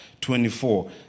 24